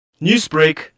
Newsbreak